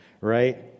right